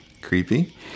creepy